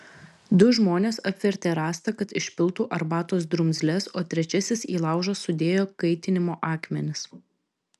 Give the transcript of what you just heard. du žmonės apvertė rąstą kad išpiltų arbatos drumzles o trečiasis į laužą sudėjo kaitinimo akmenis